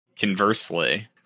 Conversely